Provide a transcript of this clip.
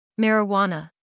Marijuana